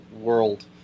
world